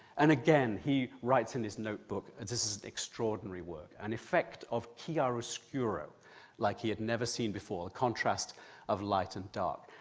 and again he writes in his notebook, this is an extraordinary work, an effect of chiaroscuro like he had never seen before, the contrast of light and dark.